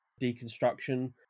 deconstruction